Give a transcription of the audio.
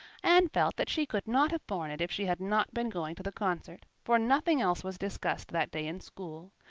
anne felt that she could not have borne it if she had not been going to the concert, for nothing else was discussed that day in school.